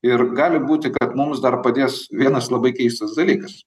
ir gali būti kad mums dar padės vienas labai keistas dalykas